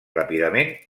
ràpidament